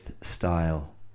style